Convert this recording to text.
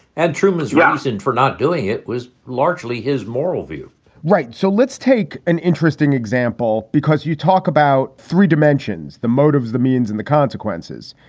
and truman's reason for not doing it was largely his moral view right. so let's take an interesting example, because you talk about three dimensions, the motive, the means and the consequences.